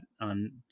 on